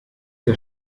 der